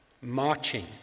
marching